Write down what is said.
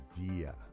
idea